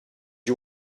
you